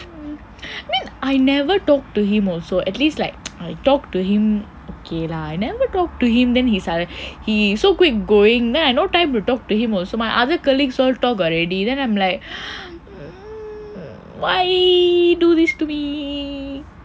I never talk to him also at least like I talked to him ok lah I never talk to him then he suddenly he so quick going then I no time to talk to him also my other colleagues all talk already then I'm like why do this to me